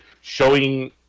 showing